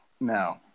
No